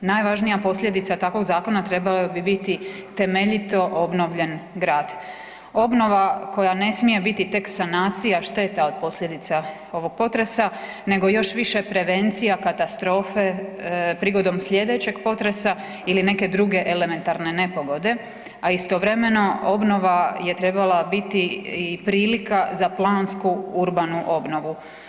Najvažnija posljedica takvog Zakona trebala bi biti temeljito obnovljen Grad, obnova koja ne smije biti tek sanacija šteta od posljedica ovog potresa nego još više prevencija katastrofe prigodom sljedećeg potresa ili neke druge elementarne nepogode, a istovremeno obnova je trebala biti i prilika za plansku urbanu obnovu.